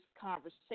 conversation